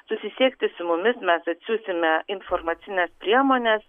susisiekti su mumis mes atsiųsime informacines priemones